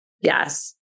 yes